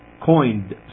coined